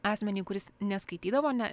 asmenį kuris neskaitydavo ne